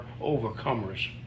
overcomers